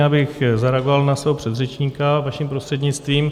Já bych zareagoval na svého předřečníka vaším prostřednictvím.